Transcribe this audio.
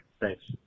Thanks